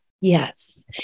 Yes